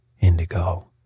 indigo